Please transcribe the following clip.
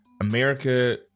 America